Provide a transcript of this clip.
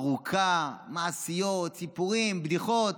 ארוכה, מעשיות, סיפורים, בדיחות.